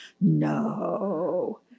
No